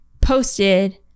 posted